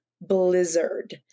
blizzard